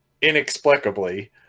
inexplicably